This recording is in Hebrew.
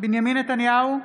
בנימין נתניהו,